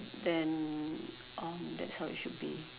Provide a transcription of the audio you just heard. then um that's how it should be